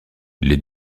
les